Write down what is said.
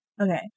Okay